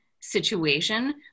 situation